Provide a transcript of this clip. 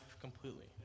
completely